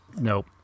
Nope